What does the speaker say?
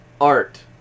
art